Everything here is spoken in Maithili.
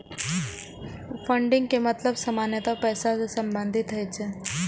फंडिंग के मतलब सामान्यतः पैसा सं संबंधित होइ छै